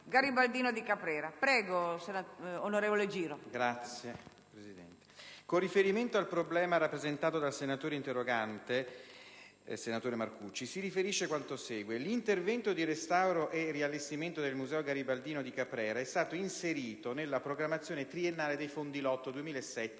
per i beni e le attività culturali*. Signora Presidente, con riferimento al problema rappresentato dall'interrogante, senatore Marcucci, si riferisce quanto segue. L'intervento di restauro e riallestimento del Museo garibaldino di Caprera è stato inserito nella programmazione triennale dei Fondi Lotto